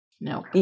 no